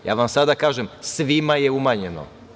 Ja vam sada kažem – svima je umanjeno.